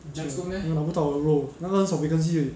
没有没有拿不到的 bro 那个很少 vacancy 而已